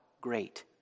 great